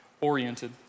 oriented